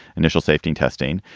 initial safety testing,